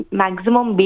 maximum